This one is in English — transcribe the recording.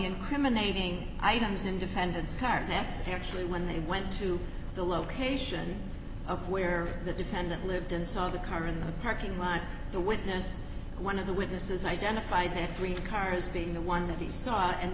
incriminating items in defendant's car next actually when they went to the location of where the defendant lived and saw the car in the parking lot the witness one of the witnesses identified that three cars being the one that he saw